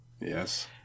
Yes